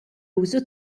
użu